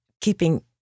keeping